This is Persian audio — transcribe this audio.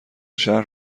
شهر